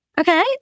Okay